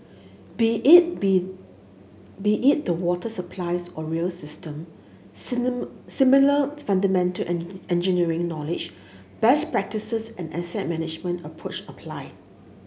be it be be it the water systems or rail system similar similar fundamental engineering knowledge best practices and asset management approach apply